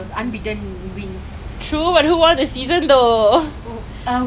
I honestly don't know why they never buy any players during the transfer window lah